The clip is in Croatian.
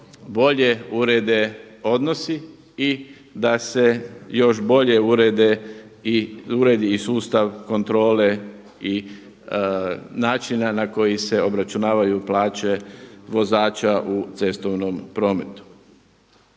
bolje urede odnosi i da se još bolje uredi i sustav kontrole i načina na koji se obračunavaju plaće vozača u cestovnom prometu.